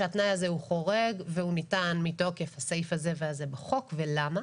שהתנאי הזה הוא חורג והוא ניתן מתוקף הסעיף הזה והזה בחוק ולמה.